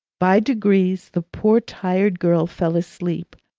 by degrees the poor tired girl fell asleep,